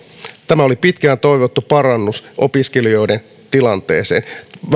tämä oli pitkään toivottu parannus opiskelijoiden tilanteeseen vähän